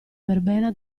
verbena